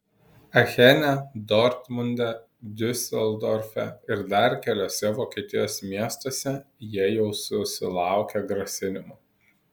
achene dortmunde diuseldorfe ir dar keliuose vokietijos miestuose jie jau susilaukė grasinimų